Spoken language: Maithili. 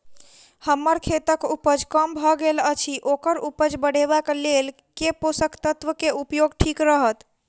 हम्मर खेतक उपज कम भऽ गेल अछि ओकर उपज बढ़ेबाक लेल केँ पोसक तत्व केँ उपयोग ठीक रहत?